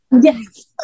Yes